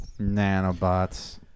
Nanobots